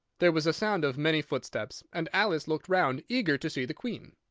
there was a sound of many footsteps, and alice looked round, eager to see the queen.